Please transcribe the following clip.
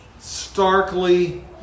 starkly